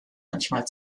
manchmal